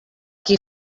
qui